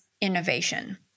innovation